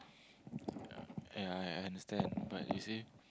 ya I understand but you see